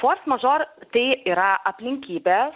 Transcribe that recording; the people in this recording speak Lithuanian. fors mažor tai yra aplinkybės